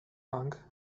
tongue